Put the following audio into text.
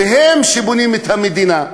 והם שבונים את המדינה,